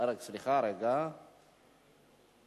ההצבעה לא לפני 23:30. אמרנו,